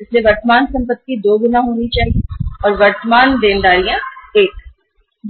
इसलिए चालू संपत्ति वर्तमान देनदारियों की 2 गुना होनी चाहिए और